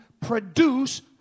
produce